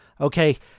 Okay